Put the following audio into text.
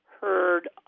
heard